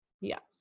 Yes